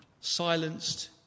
silenced